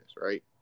Right